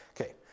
Okay